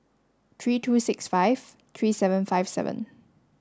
three two six five three seven five seven